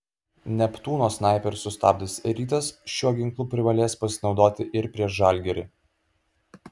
neptūno snaiperius sustabdęs rytas šiuo ginklu privalės pasinaudoti ir prieš žalgirį